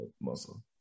muscle